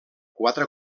quatre